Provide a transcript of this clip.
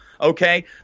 Okay